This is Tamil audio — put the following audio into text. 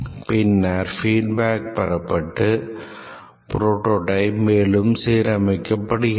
பின்னர் feedback பெறப்பட்டு புரோடோடைப் மேலும் சீராக்கப்படுகிறது